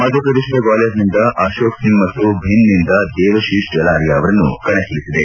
ಮಧ್ಯಪ್ರದೇಶದ ಗ್ವಾಲಿಯರ್ನಿಂದ ಅಕೋಕ್ ಸಿಂಗ್ ಮತ್ತು ಭಿಂದ್ನಿಂದ ದೇವಶೀತ್ ಜಲಾರಿಯಾ ಅವರನ್ನು ಕಣಕ್ಕಿಳಿಸಿದೆ